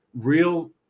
real